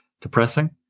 Depressing